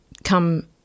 Come